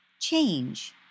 Change